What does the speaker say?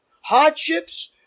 hardships